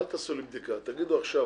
אל תעשו לי בדיקה, תגידו עכשיו.